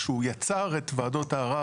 כשהוא יצר את וועדות הערר,